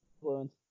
influence